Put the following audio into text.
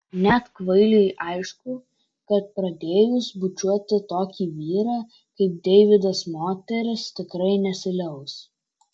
net kvailiui aišku kad pradėjusi bučiuoti tokį vyrą kaip deividas moteris tikrai nesiliaus